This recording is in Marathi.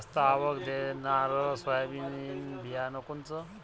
जास्त आवक देणनरं सोयाबीन बियानं कोनचं?